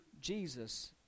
Jesus